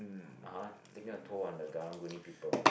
(uh huh) taking a toll on the karang guni people